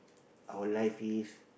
our life is